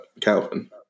Calvin